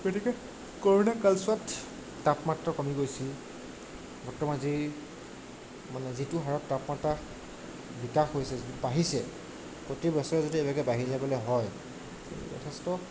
গতিকে কৰোণা কালছোৱাত তাপমাত্ৰা কমি গৈছিল বৰ্তমান যি মানে যিটো হাৰত তাপমাত্ৰা বিকাশ হৈছে বাঢ়িছে প্ৰতি বছৰে যদি এনেকৈ বাঢ়ি যাবলৈ হয় যথেষ্ট